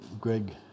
Greg